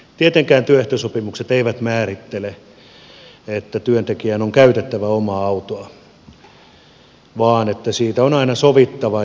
tietenkään työehtosopimukset eivät määrittele että työntekijän on käytettävä omaa autoa vaan siitä on aina sovittava